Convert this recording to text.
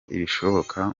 ibishoboka